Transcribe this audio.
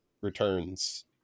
Returns